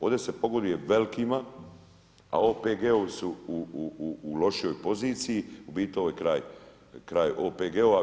Ovdje se pogoduje velikima, a OPG-ovi su u lošijoj poziciji, u biti ovo je kraj OPG-ova.